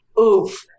Oof